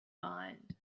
mind